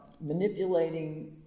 manipulating